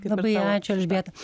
labai ačiū elžbieta